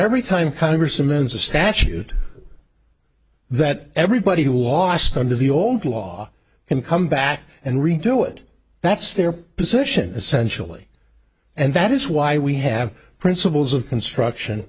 every time congress amends a statute that everybody who was under the old law can come back and redo it that's their position essentially and that is why we have principles of construction